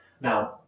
Now